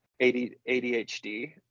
ADHD